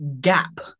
gap